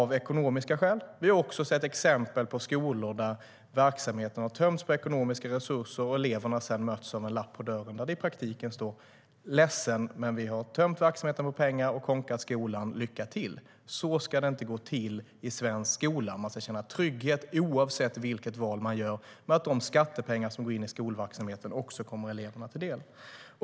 Vi har också sett exempel på skolor där verksamheten har tömts på ekonomiska resurser och eleverna sedan mötts av en lapp på dörren som i praktiken haft innebörden: Ledsen, men vi har tömt verksamheten på pengar och konkat skolan. Lycka till! Så ska det inte gå till i svensk skola. Oavsett vilket val man gör ska man känna trygghet med att de skattepengar som går in i skolverksamheten också kommer eleverna till del.